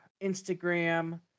Instagram